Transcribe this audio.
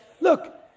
Look